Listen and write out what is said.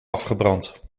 afgebrand